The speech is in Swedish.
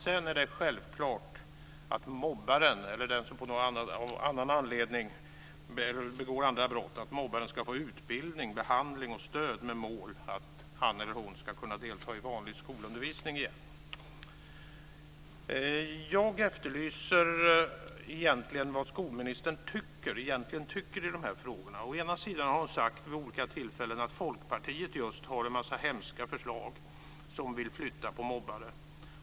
Sedan är det självklart att mobbaren eller den som av annan anledning begår andra brott ska få utbildning, behandling och stöd med målet att han eller hon ska kunna delta i vanlig skolundervisning igen. Jag efterlyser besked om vad skolministern egentligen tycker i de här frågorna. Å ena sidan har hon vid olika tillfällen sagt att Folkpartiet har en massa hemska förslag där man vill flytta på mobbare.